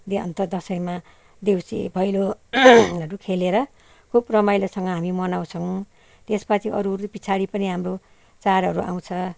यो अन्त दसैँमा देउसी भैलो हरू खेलेर खुब रमाइलोसँग हामी मनाउँछौँ त्यसपछि अरू अरू पछाडि पनि हाम्रो चाँडहरू आउँछ